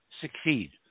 succeed